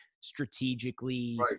strategically